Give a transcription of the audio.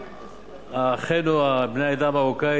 אחינו בני העדה המרוקאית,